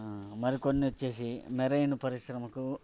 మరికొన్ని వచ్చి మెరైన్ పరిశ్రమకు